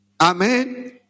Amen